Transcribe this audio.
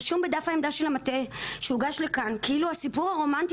רשום בדף העמדה של המטה שהוגש לכאן כאילו הסיפור הרומנטי